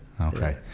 Okay